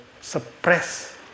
suppress